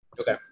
okay